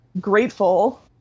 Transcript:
grateful